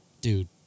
dude